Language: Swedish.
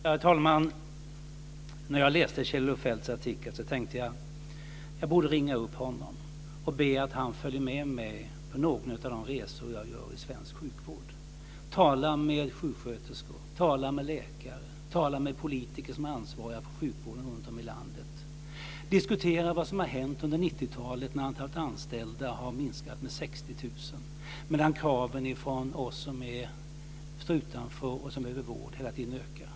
Herr talman! När jag läste Kjell-Olof Feldts artikel tänkte jag: Jag borde ringa upp honom och be att han följer med mig på någon av de resor jag gör i svensk sjukvård, att han talar med sjuksköterskor, talar med läkare och talar med politiker som är ansvariga för sjukvården runtom i landet. Vi skulle kunna diskutera vad som har hänt under 90-talet när antalet anställda har minskat med 60 000 medan kraven från oss som står utanför och behöver vård hela tiden ökar.